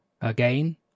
again